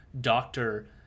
doctor